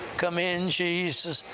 come in, jesus!